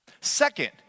Second